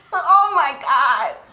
oh, my god.